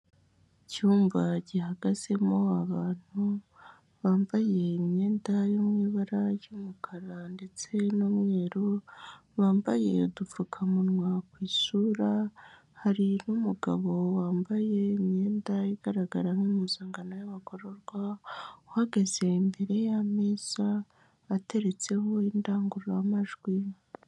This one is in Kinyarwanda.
Icyumba gihagazemo abantu bambaye imyenda yo mu ibara ry'umukara ndetse n'umweru, bambaye udupfukamunwa ku isura. Hari n'umugabo wambaye imyenda igaragara nk'impuzangano y'abagororwa, uhagaze imbere y'ameza ateretseho indangururamajwi.